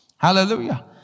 Hallelujah